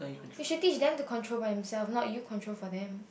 you should teach them to control by themselves not you control for them